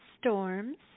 storms